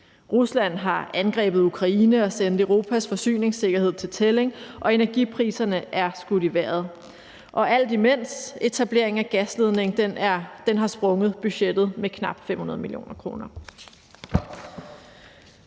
Rusland har angrebet Ukraine og sendt Europas forsyningssikkerhed til tælling, og energipriserne er skudt i vejret, og alt imens har etableringen af gasledningen sprængt budgettet med knap 500 mio. kr.